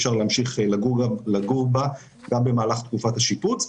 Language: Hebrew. אפשר להמשיך לגור בה גם במהלך תקופת השיפוץ.